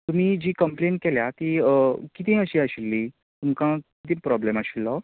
तुमी जी कंप्लेन केल्या ती कितें अशी आशिल्ली तुमकां कित प्रोबल्म आशिल्लो